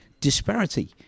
disparity